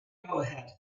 ahead